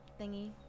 thingy